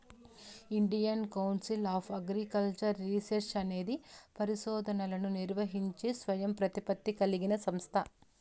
Indian Council of Agricultural Research అనేది పరిశోధనలను నిర్వహించే స్వయం ప్రతిపత్తి కలిగిన సంస్థ